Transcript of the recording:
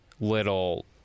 Little